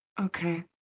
Okay